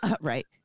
Right